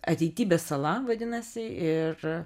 ateitybės sala vadinasi ir